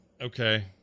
Okay